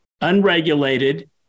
unregulated